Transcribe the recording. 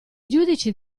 giudici